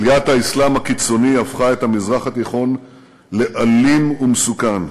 עליית האסלאם הקיצוני הפכה את המזרח התיכון לאלים ומסוכן,